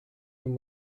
him